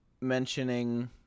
mentioning